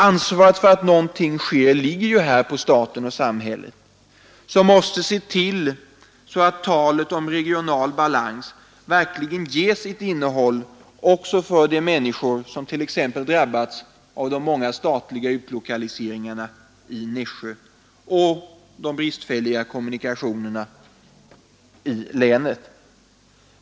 Ansvaret för att någonting sker ligger på staten och samhället, som måste se till att talet om regional balans verkligen ges ett innehåll också för de människor som t.ex. drabbats av de många statliga utlokaliseringarna i Nässjö eller de bristfälliga kommunikationerna i länet.